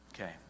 Okay